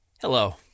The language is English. Hello